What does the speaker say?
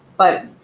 but